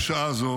-- גם בשעה זו